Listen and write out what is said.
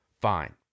fine